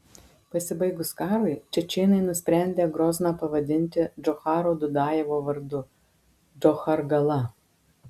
pasibaigus karui čečėnai nusprendę grozną pavadinti džocharo dudajevo vardu džochargala